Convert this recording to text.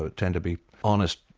ah tend to be honest,